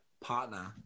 partner